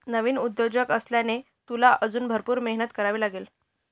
नवीन उद्योजक असल्याने, तुला अजून भरपूर मेहनत करावी लागेल